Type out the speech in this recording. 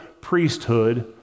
priesthood